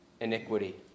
iniquity